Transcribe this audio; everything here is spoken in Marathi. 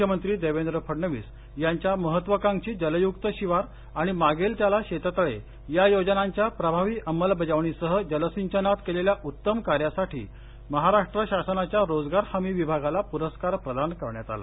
मुख्यमंत्री देवेंद्र फडणवीस यांच्या महत्त्वाकांक्षी जलयुक्त शिवार आणि मागेल त्याला शेततळे या योजनांच्या प्रभावी अंमलबजावणीसह जलसिंचनात केलेल्या उत्तम कार्यासाठी महाराष्ट्र शासनाच्या रोजगार हमी विभागाला पुरस्कार प्रदान करण्यात आला